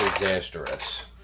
disastrous